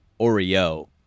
Oreo